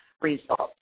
results